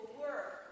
work